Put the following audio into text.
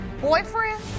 boyfriend